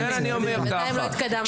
אני אומר כך,